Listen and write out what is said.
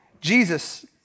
Jesus